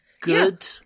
good